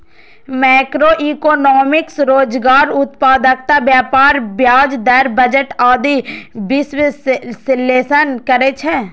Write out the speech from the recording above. macroeconomics रोजगार, उत्पादकता, व्यापार, ब्याज दर, बजट आदिक विश्लेषण करै छै